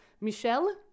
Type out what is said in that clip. Michelle